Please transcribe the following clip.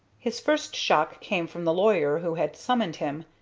his first shock came from the lawyer who had summoned him,